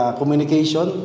communication